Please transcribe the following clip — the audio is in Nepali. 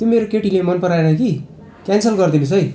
त्यो मेरो केटीले मन पराएन कि क्यान्सल गरिदिनुहोस् है